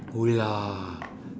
go away lah